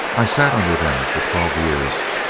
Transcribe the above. i sat under them for twelve years,